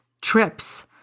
trips